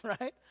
right